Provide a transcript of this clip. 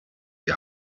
die